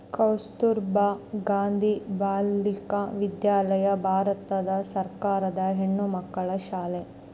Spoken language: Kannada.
ಕಸ್ತುರ್ಭ ಗಾಂಧಿ ಬಾಲಿಕ ವಿದ್ಯಾಲಯ ಭಾರತ ಸರ್ಕಾರದ ಹೆಣ್ಣುಮಕ್ಕಳ ಶಾಲೆ